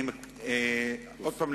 עוד פעם,